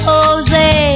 Jose